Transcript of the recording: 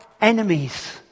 enemies